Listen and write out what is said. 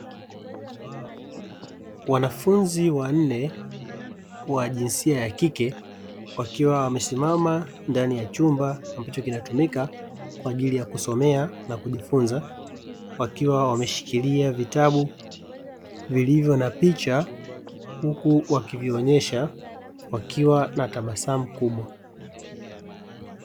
Wanafunzi wanne wa jinsia ya kike wakiwa wamesimama ndani ya chumba ambacho kinatumika kwa ajili ya kusomea na kujifunza. Wakiwa wameshikilia vitabu vilivyo na picha huku wakivionesha wakiwa na tabasamu kubwa.